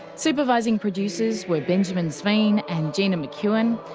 supervising producers were benjamin sveen and gina mckeon.